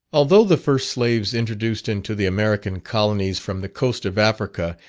although the first slaves, introduced into the american colonies from the coast of africa,